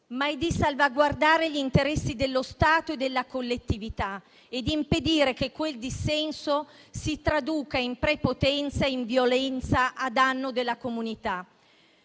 ma è di salvaguardare gli interessi dello Stato e della collettività e di impedire che quel dissenso si traduca in prepotenza e in violenza a danno della comunità.